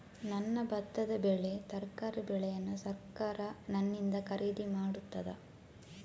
ನನ್ನ ಭತ್ತದ ಬೆಳೆ, ತರಕಾರಿ ಬೆಳೆಯನ್ನು ಸರಕಾರ ನನ್ನಿಂದ ಖರೀದಿ ಮಾಡುತ್ತದಾ?